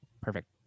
perfect